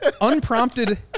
unprompted